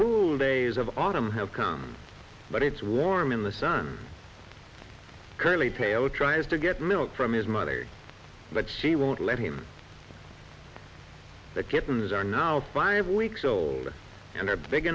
cool days of autumn have come but it's warm in the sun curly tail tries to get milk from his mother but she won't let him the kittens are now five weeks old and are big